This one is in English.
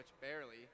barely